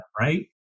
right